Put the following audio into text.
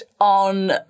on